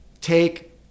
take